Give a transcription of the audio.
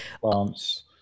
plants